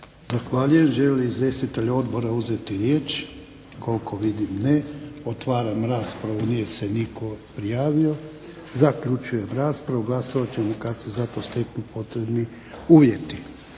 Zahvaljujem. Žele li izvjestitelji odbora uzeti riječ? Koliko vidim ne. Otvaram raspravu. Nije se nitko prijavio. Zaključujem raspravu, glasovat ćemo kada se za to steknu potrebni uvjeti.